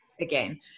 again